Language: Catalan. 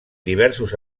diversos